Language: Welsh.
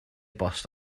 bost